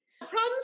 Problems